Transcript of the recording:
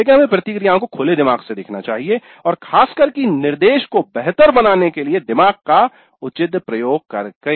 लेकिन हमें प्रतिक्रियाओं को खुले दिमाग से देखना चाहिए और खासकर की निर्देश को बेहतर बनाने के लिए दिमाग का उचित प्रयोग करके